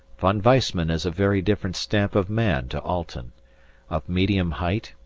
von weissman is a very different stamp of man to alten of medium height,